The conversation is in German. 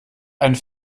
einen